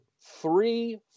three